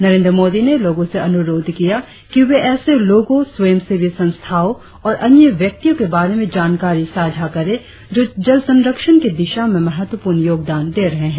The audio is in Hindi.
नरेंद्र मोदी ने लोगों से अनुरोध किया कि वे ऐसे लोगों स्वयंसेवी संस्थाओं और अन्य व्यक्तियों के बारे में जानकारी साझा करें जो जल संरक्षण की दिशा में महत्वपूर्ण योगदान दे रहे हैं